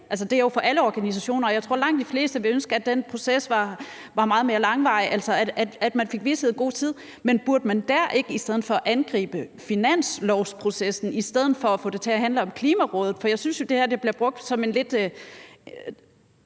gælder jo for alle organisationer, og jeg tror, at langt de fleste ville ønske, at den proces var meget mere langvarig, altså at man fik vished i god tid. Men burde man ikke i stedet for angribe finanslovsprocessen frem for at få det til at handle om Klimarådet? For jeg synes jo, at det her bliver brugt som lidt